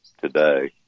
today